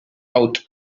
out